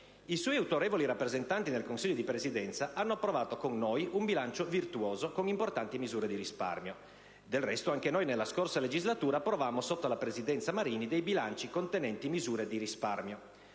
I suoi autorevoli rappresentanti nel Consiglio di Presidenza hanno approvato con noi un bilancio virtuoso, con importanti misure di risparmio. Del resto, anche noi nella scorsa legislatura approvammo, sotto la Presidenza Marini, dei bilanci contenenti misure di risparmio.